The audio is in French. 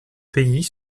pays